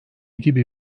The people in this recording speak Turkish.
gibi